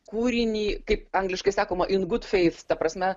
kūrinį kaip angliškai sakoma in gut feit ta prasme